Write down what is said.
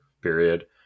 period